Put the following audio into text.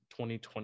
2020